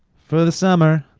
for the summer,